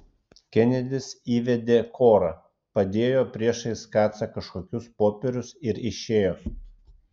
kenedis įvedė korą padėjo priešais kacą kažkokius popierius ir išėjo